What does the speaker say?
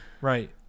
Right